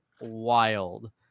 wild